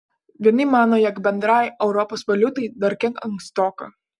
vieni mano jog bendrai europos valiutai dar kiek ankstoka